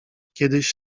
kiedyś